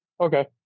Okay